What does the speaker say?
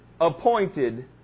appointed